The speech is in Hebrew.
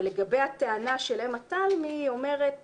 ולגבי הטענה של אמה תלמי היא אומרת